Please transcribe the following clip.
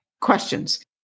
questions